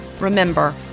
Remember